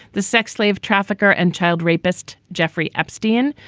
the sex slave trafficker and child rapist, jeffrey epstein.